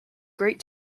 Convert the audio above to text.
great